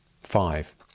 Five